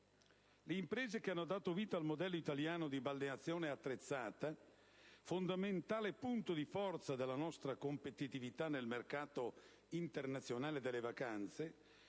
Le imprese che hanno dato vita al modello italiano di balneazione attrezzata, fondamentale punto di forza della nostra competitività nel mercato internazionale per le vacanze,